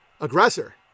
aggressor